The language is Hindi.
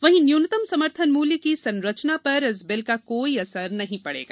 वहीं न्यूनतम समर्थन मूल्य की संरचना पर इस बिल का कोई असर नहीं पड़ेगा